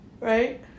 right